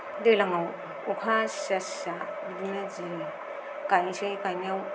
दैज्लांआव अखा सिजा सिजा बिदिनो जि गायनोसै गायनायाव